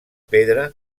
pedra